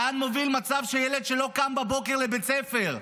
לאן מוביל מצב של ילד שלא קם בבוקר לבית ספר,